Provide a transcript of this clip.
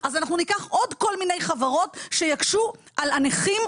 אנחנו נמשיך ואחר כך,